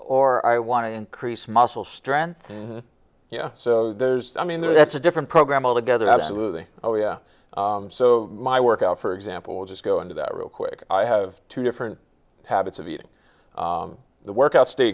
or i want to increase muscle strength you know so there's i mean that's a different program altogether absolutely oh yeah so my workout for example just go into that real quick i have two different habits of eating the workout st